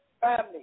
family